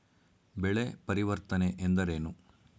ಬೆಳೆ ಪರಿವರ್ತನೆ ಎಂದರೇನು?